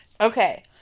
Okay